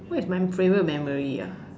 what is my favourite memory ah